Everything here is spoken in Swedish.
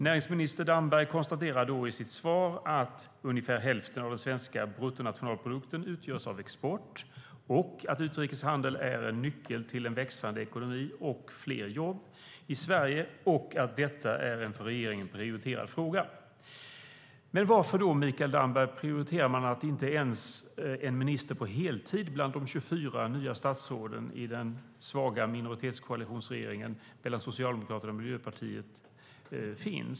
Näringsminister Damberg konstaterar i sitt svar att ungefär hälften av den svenska bruttonationalprodukten utgörs av export och att utrikeshandel är en nyckel till en växande ekonomi och fler jobb i Sverige samt att det är en för regeringen prioriterad fråga. Men varför, Mikael Damberg, prioriterar man inte en minister på heltid bland de 24 nya statsråden i den svaga minoritetsregeringen, koalitionsregeringen mellan Socialdemokraterna och Miljöpartiet?